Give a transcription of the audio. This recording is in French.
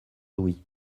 louis